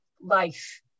life